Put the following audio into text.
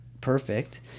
perfect